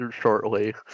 shortly